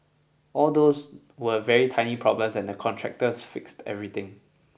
all those were very tiny problems and the contractors fixed everything